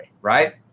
right